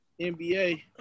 NBA